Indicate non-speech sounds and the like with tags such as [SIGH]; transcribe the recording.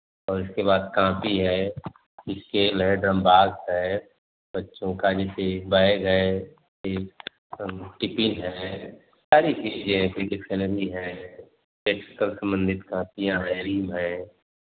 और इसके बाद कापी है इस्केल है ड्रम बॉक्स है बच्चों का जैसे बैग है [UNINTELLIGIBLE] टिपिन है सारी चीज़ें डिक्सनरी है एक्स्ट्रा संबंधित कॉपियाँ हैं रिम है